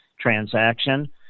transaction